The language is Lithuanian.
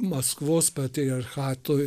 maskvos patriarchatui